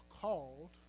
called